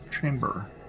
chamber